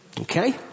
Okay